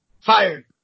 Fired